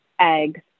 eggs